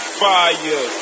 fire